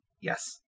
Yes